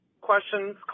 questions